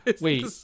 wait